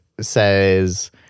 says